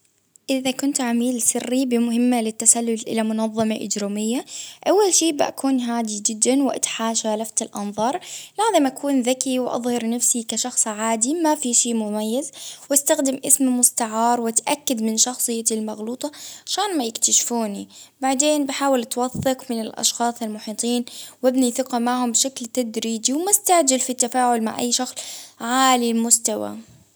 اذا كنت عميل سري بمهمة للتسلل الى منظمة إجرامية، أول شئ بكون هادي جدا واتحاشوا لفت الأنظار، بعد ما أكون ذكي وأظهر نفسي كشخص عادي ،ما في شي مميز، وأستخدم إسم مستعار، وأتأكد من شخصية المغلوطة، عشان ما يكلتشفوني بعدين، بحاول توثق من أشخاص المحيطين وإبني ثقة معهم بشكل تدريجي ،ومستهدف في التفاعل مع أي شخص عالي المستوى.